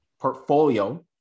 portfolio